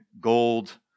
gold